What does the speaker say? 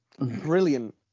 Brilliant